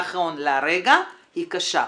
נכון לרגע זה היא קשה,